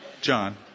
John